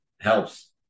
helps